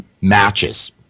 matches